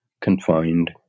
confined